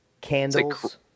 candles